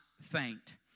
faint